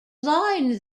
line